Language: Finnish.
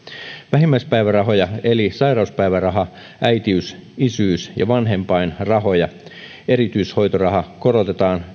vähimmäispäivärahoja eli sairauspäivärahaa äitiys isyys ja vanhempainrahoja ja erityishoitorahaa korotetaan